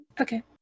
Okay